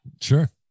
Sure